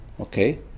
Okay